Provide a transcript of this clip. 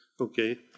Okay